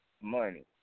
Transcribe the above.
money